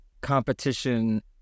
competition